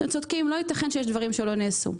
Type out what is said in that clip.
לא ייתכן שיש דברים שלא נעשים.